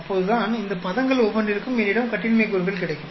அப்போதுதான் இந்த பதங்கள் ஒவ்வொன்றிற்கும் என்னிடம் கட்டின்மை கூறுகள் கிடைக்கும்